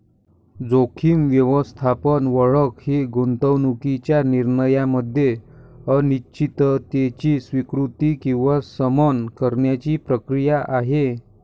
जोखीम व्यवस्थापन ओळख ही गुंतवणूकीच्या निर्णयामध्ये अनिश्चिततेची स्वीकृती किंवा शमन करण्याची प्रक्रिया आहे